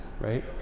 Right